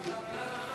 מילה במילה ככה?